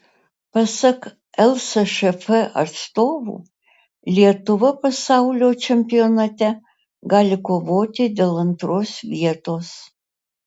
pasak lsšf atstovų lietuva pasaulio čempionate gali kovoti dėl antros vietos